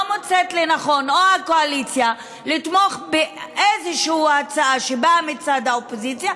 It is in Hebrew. לא מוצאת לנכון לתמוך באיזושהי הצעה שבאה מצד האופוזיציה,